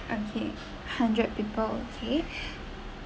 okay hundred people okay